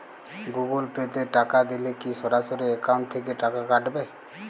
Google Pay তে টাকা দিলে কি সরাসরি অ্যাকাউন্ট থেকে টাকা কাটাবে?